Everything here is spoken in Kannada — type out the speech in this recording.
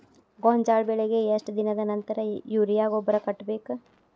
ಗೋಂಜಾಳ ಬೆಳೆಗೆ ಎಷ್ಟ್ ದಿನದ ನಂತರ ಯೂರಿಯಾ ಗೊಬ್ಬರ ಕಟ್ಟಬೇಕ?